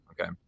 Okay